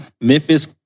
Memphis